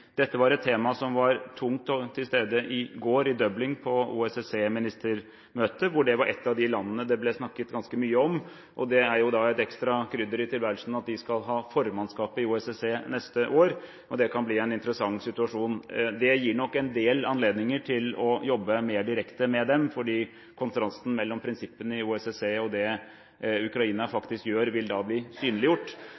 Dette var et tema som var tungt til stede i går i Dublin på OSSE-ministermøtet, hvor det var et av de landene det ble snakket ganske mye om. Det er et ekstra krydder i tilværelsen at de skal ha formannskapet i OSSE neste år, og det kan bli en interessant situasjon. Det gir nok en del anledninger til å jobbe mer direkte med dem, fordi kontrasten mellom prinsippene i OSSE og det Ukraina